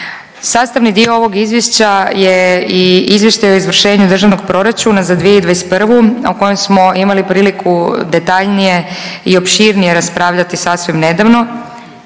Sastavni dio ovog Izvješća je i Izvještaj o izvršenju Državnog proračuna za 2021. o kojem smo imali priliku detaljnije i opširnije raspravljati sasvim nedavno,